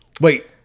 wait